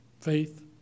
Faith